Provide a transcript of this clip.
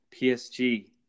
PSG